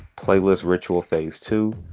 playlist ritual phase two,